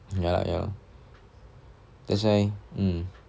ya ya lor that's why mm